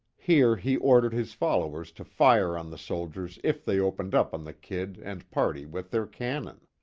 here he ordered his followers to fire on the soldiers if they opened up on the kid and party with their cannon.